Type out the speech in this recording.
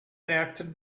reacted